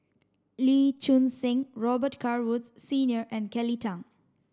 Lee Choon Seng Robet Carr Woods Senior and Kelly Tang